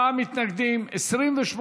34 מתנגדים, 28 בעד.